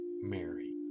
Mary